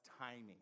timing